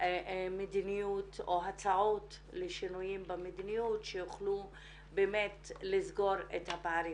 מדיניות או הצעות לשינויים במדיניות שיוכלו באמת לסגור את הפערים.